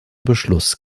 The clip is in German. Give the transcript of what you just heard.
beschluss